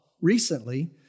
recently